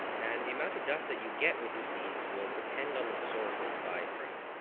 and the amount of dust that you get with your sieves will depend on the source that you buy it from.